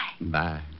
Bye